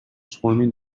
swarming